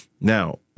Now